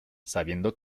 sabiendo